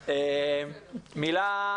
מילה על חינוך.